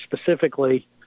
specifically